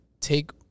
take